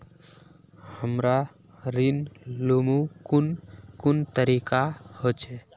हमरा ऋण लुमू कुन कुन तरीका होचे?